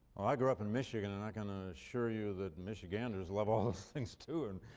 i grew up in michigan and i can ah assure you that michiganders love all those things too and